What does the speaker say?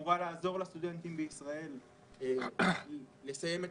שאמורה לעזור לסטודנטים בישראל לסיים את